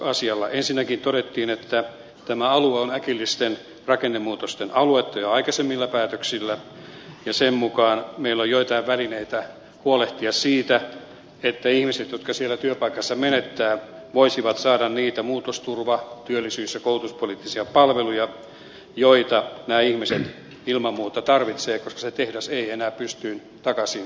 ensinnäkin todettiin että tämä alue on äkillisten rakennemuutosten aluetta jo aikaisemmilla päätöksillä ja sen mukaan meillä on joitain välineitä huolehtia siitä että ihmiset jotka siellä työpaikkansa menettävät voisivat saada niitä muutosturva työllisyys ja koulutuspoliittisia palveluja joita nämä ihmiset ilman muuta tarvitsevat koska se tehdas ei enää pystyyn takaisin nouse